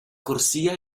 corsia